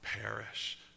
perish